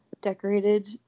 decorated